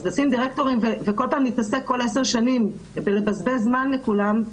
אז לשים דירקטורים וכל עשר שנים להתעסק בלבזבז זמן לכולם,